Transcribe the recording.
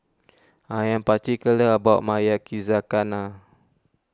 I am particular about my Yakizakana